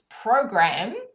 program